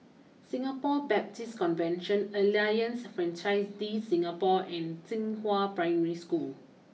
Singapore Baptist Convention Alliance Francaise De Singapour and Xinghua Primary School